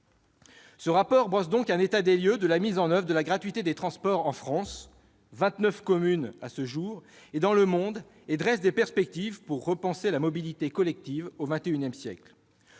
Le rapport dresse donc un état des lieux de la mise en oeuvre de la gratuité des transports en France- cela concerne vingt-neuf communes à ce jour -et dans le monde. Il trace des perspectives pour repenser la mobilité collective au XXIsiècle.